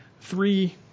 three